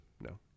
No